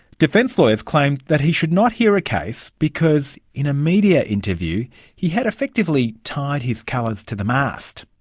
defence lawyers claimed that he should not hear a case because in a media interview he had effectively tied his colours to the mast.